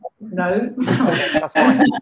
No